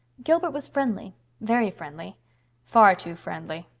gilbert was friendly very friendly far too friendly.